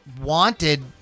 wanted